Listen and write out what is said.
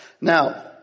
Now